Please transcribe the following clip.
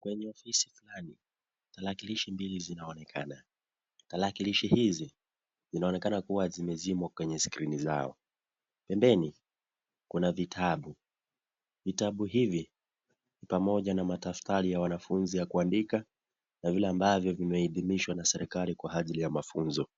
Kwenye ofisi fulani, tarakilishi mbili zinaonekana, tarakilishi hizi zinaonekana kuwa zimezimwa kwenye skrini zao. Pembeni kuna vitabu, vitabu hivi pamoja na madaktari ya wanafunzi ya kuandika na vile ambavyo vimeidhinishwa na serikali kwa ajili ya mafunzo.